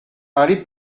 parlé